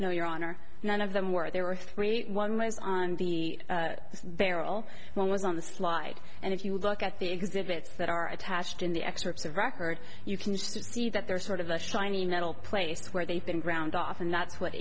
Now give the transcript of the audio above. no your honor none of them were there were three one was on the barrel one was on the slide and if you look at the exhibits that are attached in the excerpts of record you can just see that they're sort of a shiny metal place where they've been ground off and that's what